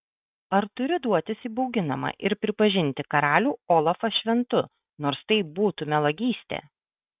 ar turiu duotis įbauginama ir pripažinti karalių olafą šventu nors tai būtų melagystė